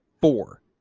four